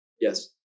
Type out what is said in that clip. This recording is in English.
Yes